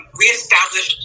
re-establish